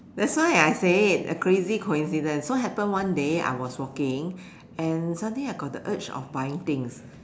that's why I said a crazy coincidence so happen one day I was walking and suddenly I got the urge of buying things